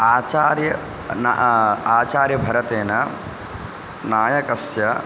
आचार्य न आचार्यभरतेन नायकस्य